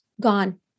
Gone